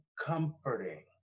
comforting